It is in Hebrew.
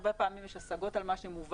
הרבה פעמים יש השגות על מה שמובא,